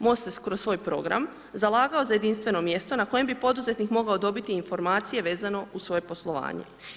MOST se kroz svoj program zalagao za jedinstveno mjesto na kojem bi poduzetnik mogao dobiti informacije vezano uz svoje poslovanje.